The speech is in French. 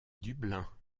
dublin